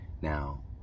Now